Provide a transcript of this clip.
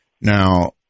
Now